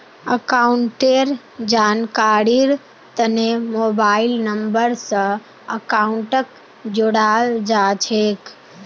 अकाउंटेर जानकारीर तने मोबाइल नम्बर स अकाउंटक जोडाल जा छेक